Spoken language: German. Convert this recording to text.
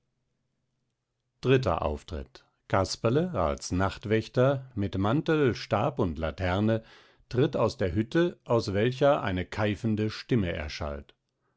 dritter auftritt casperle als nachtwächter mit mantel stab und laterne tritt aus der hütte aus welcher eine keifende stimme erschallt